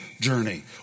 journey